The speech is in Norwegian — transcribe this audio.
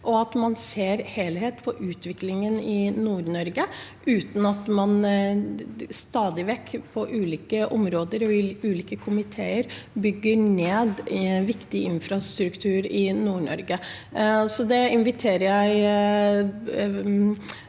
og at man ser helhetlig på utviklingen i Nord-Norge, uten at man stadig vekk på ulike områder og i ulike komiteer bygger ned viktig infrastruktur i Nord-Norge. Jeg inviterer